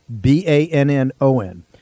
B-A-N-N-O-N